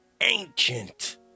ancient